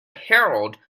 herald